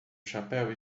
chapéu